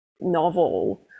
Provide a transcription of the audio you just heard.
novel